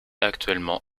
actuellement